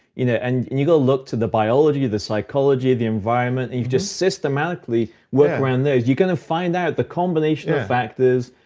you know and you gotta look to the biology, the psychology, the environment, and if you just systematically work around those you're gonna find out the combination of factors,